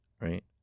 right